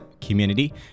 Community